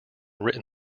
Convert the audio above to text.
written